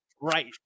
right